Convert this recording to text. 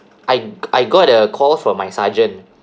I I got a call from my sergeant